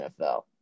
NFL